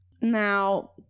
Now